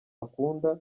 akunda